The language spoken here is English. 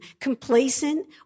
complacent